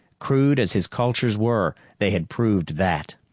crude as his cultures were, they had proved that.